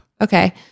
Okay